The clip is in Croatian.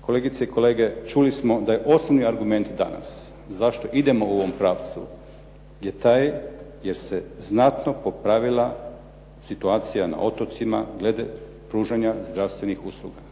Kolegice i kolege, čuli smo da je osnovni argument danas zašto idemo u ovom pravcu je taj jer se znatno popravila situacija na otocima glede pružanja zdravstvenih usluga.